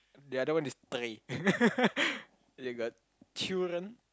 the other one is they got children